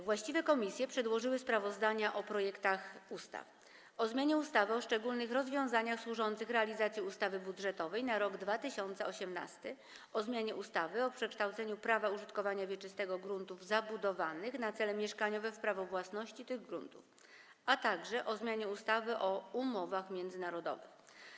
Właściwe komisje przedłożyły sprawozdania o projektach ustaw: - o zmianie ustawy o szczególnych rozwiązaniach służących realizacji ustawy budżetowej na rok 2018, - o zmianie ustawy o przekształceniu prawa użytkowania wieczystego gruntów zabudowanych na cele mieszkaniowe w prawo własności tych gruntów, - o zmianie ustawy o umowach międzynarodowych.